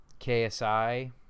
KSI